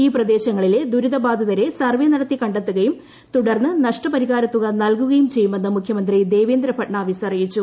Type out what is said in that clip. ഈ പ്രദേശങ്ങളിലെ ദുരിതബാധിതരെ സർവ്വെ നടത്തി കണ്ടെത്തുകയും തുടർന്ന് നഷ്ടപരിഹാരത്തുക നൽകുകയും ചെയ്യുമെന്ന് മുഖ്യമന്ത്രി ദേവേന്ദ്ര ഫട്നാവിസ് അറിയിച്ചു